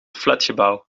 flatgebouw